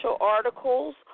articles